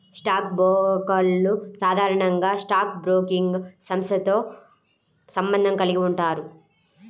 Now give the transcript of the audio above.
stock బ్రోకర్లు సాధారణంగా stock broking సంస్థతో సంబంధం కలిగి ఉంటారు